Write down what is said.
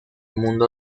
mundo